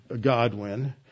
Godwin